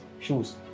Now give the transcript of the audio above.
shoes